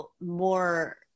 more